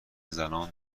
زنان